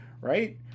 right